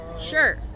Sure